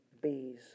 bees